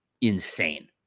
insane